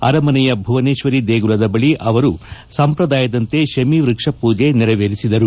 ಅರಮನೆಯ ಭುವನೇತ್ವರಿ ದೇಗುಲದ ಬಳಿ ಅವರು ಸಂಪ್ರದಾಯದಂತೆ ತಮಿ ವೃಕ್ಷಪೂಜೆ ನೆರವೇರಿಸಿದರು